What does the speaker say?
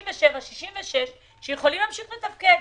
67, 66 שיכולים להמשיך לתפקד.